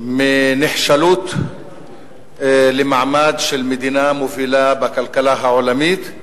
מנחשלות למעמד של מדינה מובילה בכלכלה העולמית,